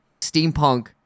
steampunk